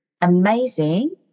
amazing